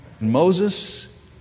Moses